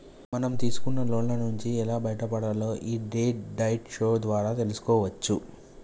మనం తీసుకున్న లోన్ల నుంచి ఎలా బయటపడాలో యీ డెట్ డైట్ షో ద్వారా తెల్సుకోవచ్చు